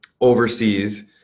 overseas